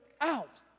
out